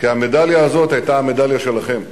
המדליה הזאת היתה המדליה שלכם,